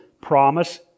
promise